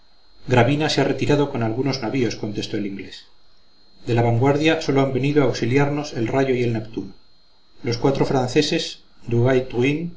gravina se ha retirado con algunos navíos contestó el inglés de la vanguardia sólo han venido a auxiliarnos el rayo y el neptuno los cuatro franceses